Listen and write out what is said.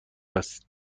است